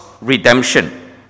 redemption